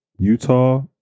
Utah